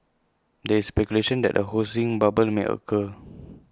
there is speculation that A housing bubble may occur